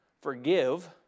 forgive